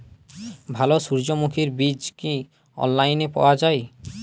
ভালো সূর্যমুখির বীজ কি অনলাইনে পাওয়া যায়?